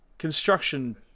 construction